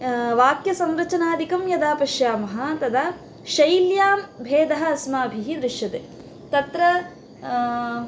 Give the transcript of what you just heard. वाक्यसंरचनादिकं यदा पश्यामः तदा शैल्यां भेदः अस्माभिः दृश्यते तत्र